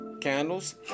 Candles